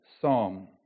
psalm